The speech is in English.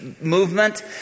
movement